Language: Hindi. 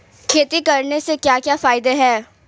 खेती करने से क्या क्या फायदे हैं?